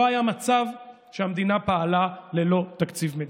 לא היה מצב שהמדינה פעלה ללא תקציב מדינה.